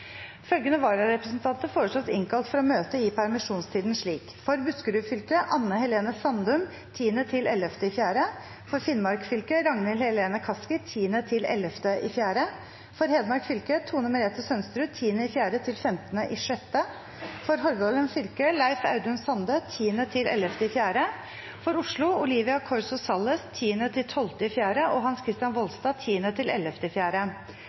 Følgende vararepresentanter innkalles for å møte i permisjonstiden slik: For Buskerud fylke: Anne Helene Sandum 10.–11. april For Finnmark fylke: Ragnhild Helene Kaski 10.–11. april For Hedmark fylke: Tone Merete Sønsterud 10. april–15. juni For Hordaland fylke: Leif Audun Sande 10.–11. april For Oslo: Olivia Corso Salles 10.–12. april og Hans Kristian